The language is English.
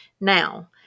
Now